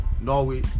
Norway